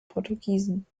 portugiesen